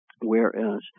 whereas